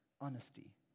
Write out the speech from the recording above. honesty